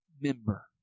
member